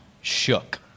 shook